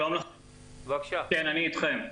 שלום לכולם,